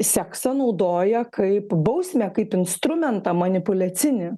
seksą naudoja kaip bausmę kaip instrumentą manipuliacinį